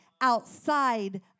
outside